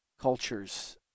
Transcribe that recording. cultures